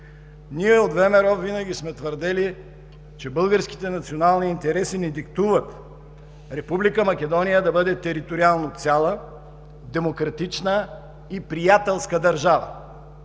Ние, от ВМРО, винаги сме твърдели, че българските национални интереси ни диктуват Република Македония да бъде териториално цяла, демократична и приятелска държава.